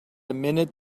minute